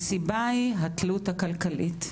והסיבה היא התלות הכלכלית.